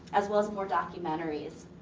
as well as more documentaries.